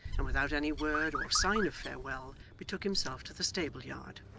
and without any word or sign of farewell betook himself to the stableyard.